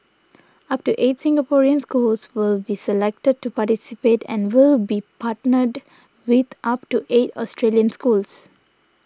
up to eight Singaporean schools will be selected to participate and will be partnered with up to eight Australian schools